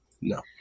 No